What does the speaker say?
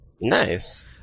Nice